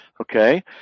Okay